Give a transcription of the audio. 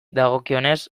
dagokienez